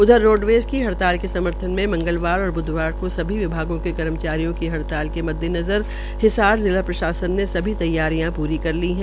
उधर रोडवेज की हड़ाल के समर्थन में मंगलवार और ब्धवार से सभी विभागों के कर्मचारियों को हड़ताल के मद्देनजर हिसार जिला प्रशासन ने सभी तैयारियां पूरी कर ली है